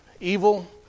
evil